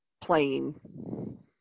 playing